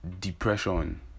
depression